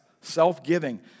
self-giving